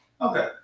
Okay